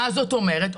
מה זאת אומרת?